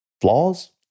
flaws